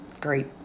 great